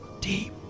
deep